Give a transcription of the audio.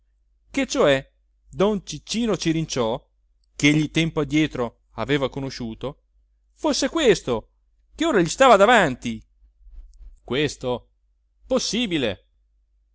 che cioè don ciccino cirinciò chegli tempo addietro aveva conosciuto fosse questo che ora gli stava davanti questo possibile